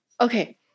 Okay